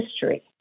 history